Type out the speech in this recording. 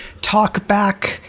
talkback